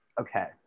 okay